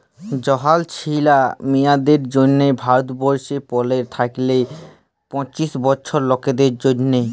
জয়াল ছিলা মিঁয়াদের জ্যনহে ভারতবর্ষলে পলের থ্যাইকে পঁচিশ বয়েসের লকদের জ্যনহে